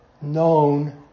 known